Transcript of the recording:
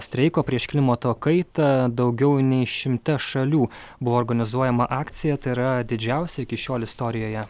streiko prieš klimato kaitą daugiau nei šimte šalių buvo organizuojama akcija tai yra didžiausia iki šiol istorijoje